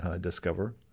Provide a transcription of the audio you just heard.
Discover